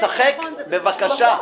שבי, שבי, בבקשה,